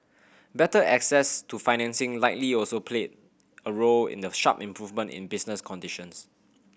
better access to financing likely also played a role in the sharp improvement in business conditions